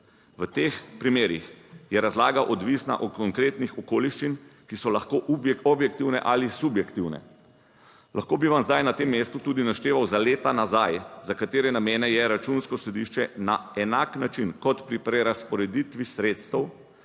V teh primerih je razlaga odvisna od konkretnih okoliščin, ki so lahko objektivne ali subjektivne. Lahko bi vam zdaj na tem mestu tudi našteval za leta nazaj za katere namene je Računsko sodišče na enak način kot pri prerazporeditvi sredstev